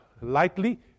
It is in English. lightly